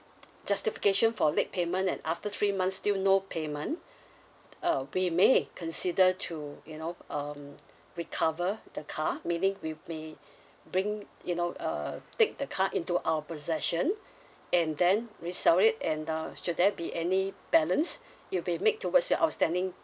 justification for late payment then after three months still no payment uh we may consider to you know um recover the car meaning we may bring you know err take the car into our possession and then resell it and uh should there be any balance it'll be make towards your outstanding